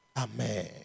Amen